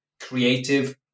creative